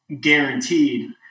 guaranteed